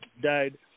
died